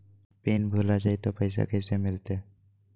Pin भूला जाई तो पैसा कैसे मिलते?